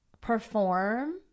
perform